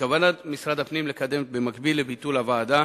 בכוונת משרד הפנים לקדם, במקביל לביטול הוועדה,